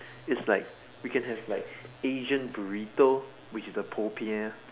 it's like we can have like Asian burrito which is the popiah